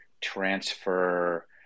transfer